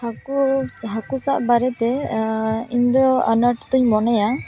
ᱦᱟᱹᱠᱩ ᱦᱟᱹᱠᱩ ᱥᱟᱵ ᱵᱟᱨᱮ ᱛᱮ ᱤᱧ ᱫᱚ ᱟᱱᱟᱴ ᱫᱚᱧ ᱢᱚᱱᱮᱭᱟ